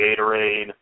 Gatorade